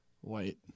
White